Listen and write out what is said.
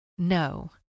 No